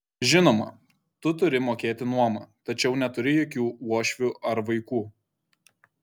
žinoma tu turi mokėti nuomą tačiau neturi jokių uošvių ar vaikų